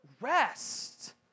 rest